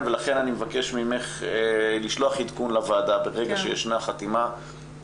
ולכן אני מבקש ממך לשלוח עדכון לוועדה ברגע שישנה חתימה,